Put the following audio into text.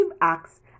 acts